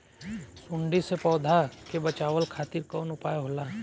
सुंडी से पौधा के बचावल खातिर कौन उपाय होला?